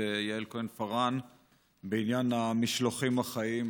יעל כהן-פארן בעניין המשלוחים החיים,